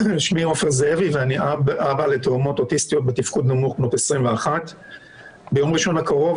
אני אב לתאומות אוטיסטיות בתפקוד נמוך בנות 21. ביום ראשון הקרוב,